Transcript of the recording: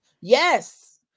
Yes